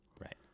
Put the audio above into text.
Right